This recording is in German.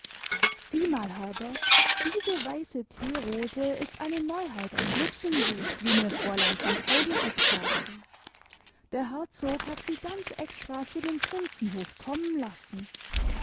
sieh mal herbert diese weiße theerose ist eine neuheit aus luxemburg wie mir fräulein von taubeneck sagte der herzog hat sie ganz extra für den prinzenhof kommen lassen